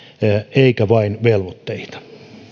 eikä vain velvoitteita